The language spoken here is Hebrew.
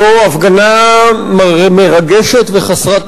זו הפגנה מרגשת וחסרת תקדים.